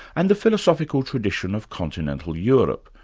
and the philosophical tradition of continental europe,